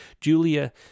Julia